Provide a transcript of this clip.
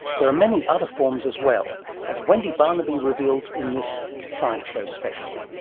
there are many other forms as well, as wendy barnaby reveals in this science show special.